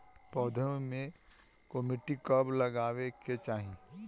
पौधे को मिट्टी में कब लगावे के चाही?